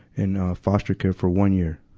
in, ah foster care for one year.